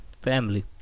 family